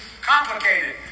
complicated